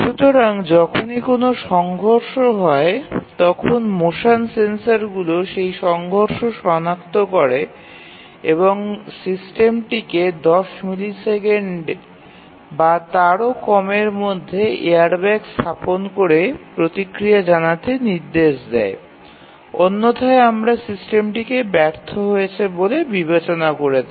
সুতরাং যখনই কোনও সংঘর্ষ ঘটে তখন মোশন সেন্সরগুলির সেই সংঘর্ষ সনাক্ত করে এবং সিস্টেমটিকে দশ মিলিসেকেন্ড বা তারও কমের মধ্যে এয়ারব্যাগ স্থাপন করে প্রতিক্রিয়া জানাতে নির্দেশ দেয় অন্যথায় আমরা সিস্টেমটিকে ব্যর্থ হয়েছে বলে বিবেচনা করে থাকি